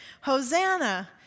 Hosanna